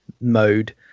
mode